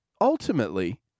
ultimately